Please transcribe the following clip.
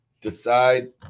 decide